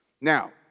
now